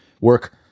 work